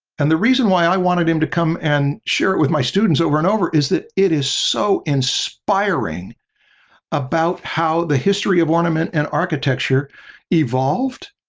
and the reason why i wanted him to come and share it with my students over and over is that it is so inspiring about how the history of ornament and architecture evolved,